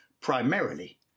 primarily